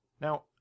Now